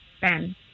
Ben